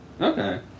Okay